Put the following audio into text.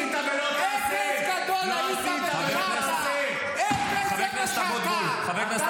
אפס גדול, אפס גדול, זה מה שאתה.